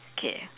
okay